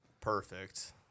perfect